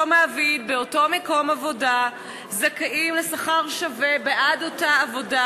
מעביד באותו מקום עבודה זכאים לשכר שווה בעד אותה עבודה,